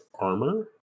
armor